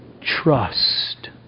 trust